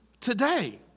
today